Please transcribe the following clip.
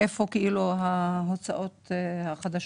מאיפה ההוצאות החדשות?